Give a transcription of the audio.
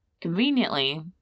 Conveniently